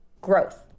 growth